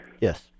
Yes